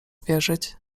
wierzyć